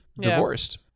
divorced